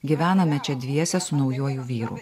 gyvename čia dviese su naujuoju vyru